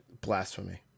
Blasphemy